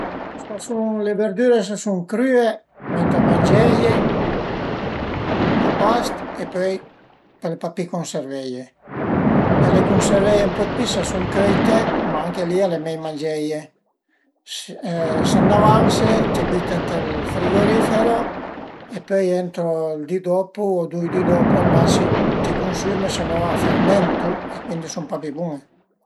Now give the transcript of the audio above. S'a sun le verdüre s'a sun crüe ëntà mangieie a past e pöi pöle papì cunserveie, pöle cunservei ën po dë pi s'a sun cõite, ma anche li al e mei mangieie, se n'avanse t'ie büte ënt ël frigorifero e pöi entro ël di dopu, dui di dopu al massim t'ie cunsüme së no a fermentu e cuindi a sun papì bun-e